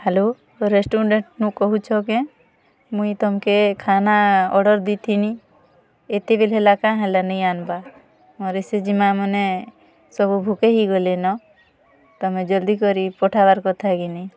hello ରେଷ୍ଟୁରେଣ୍ଟ୍ରୁ କହୁଛ କେଁ ମୁଁଇ ତମ୍କେ ଖାନା ଅର୍ଡ଼ର୍ ଦେଇଥିନି ଏତେବେଲ୍ ହେଲେ କାଁ ହେଲା ନେଇଁ ଆନ୍ବା ଆମର୍ ଏସ୍ ଏଚ୍ ଜି ମା'ମନେ ସବୁ ଭୁକେ ହେଇଗଲେନ ତମେ ଜଲ୍ଦି କରି ପଠାବାର୍ କଥା କି ନାଇଁ